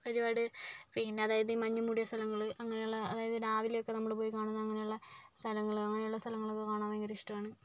ഒരുപാട് പിന്നെ അതായത് ഈ മഞ്ഞ് മൂടിയ സലങ്ങളൾ അങ്ങനെയുള്ള അതായത് രാവിലെയൊക്കെ നമ്മൾ പോയി കാണുന്ന അങ്ങനെയുള്ള സ്ഥലങ്ങൾ അങ്ങനെയുള്ള സ്ഥലങ്ങളൊക്കെ കാണാൻ ഭയങ്കര ഇഷ്ടമാണ്